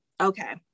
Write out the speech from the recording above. okay